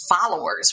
followers